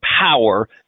power